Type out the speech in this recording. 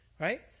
right